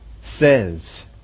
Says